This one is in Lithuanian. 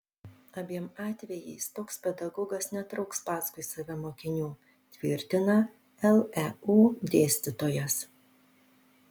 abiem atvejais toks pedagogas netrauks paskui save mokinių tvirtina leu dėstytojas